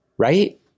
Right